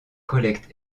collecte